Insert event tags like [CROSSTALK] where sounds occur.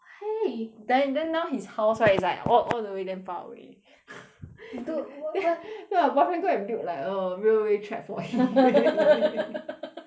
why then then now his house right it's like all all the way damn far away dude wh~ then my boyfriend go and built like a railway track for him [LAUGHS]